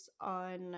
on